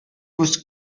was